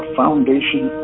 foundation